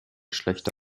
schlechte